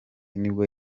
nubwo